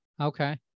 Okay